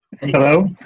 Hello